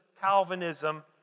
Calvinism